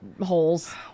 holes